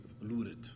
looted